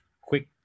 quick